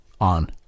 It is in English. on